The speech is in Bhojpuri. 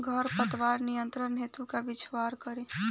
खर पतवार नियंत्रण हेतु का छिड़काव करी?